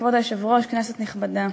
כבוד היושב-ראש, כנסת נכבדה,